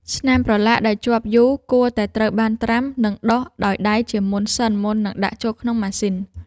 ស្នាមប្រឡាក់ដែលជាប់យូរគួរតែត្រូវបានត្រាំ និងដុសដោយដៃជាមុនសិនមុននឹងដាក់ចូលក្នុងម៉ាស៊ីន។